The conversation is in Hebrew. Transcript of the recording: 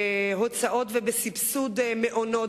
בהוצאות ובסבסוד מעונות,